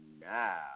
now